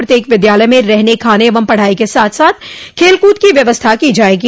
प्रत्येक विद्यालय में रहने खाने एवं पढ़ाई के साथ साथ खेलकूद की व्यवस्था की जायेगी